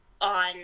on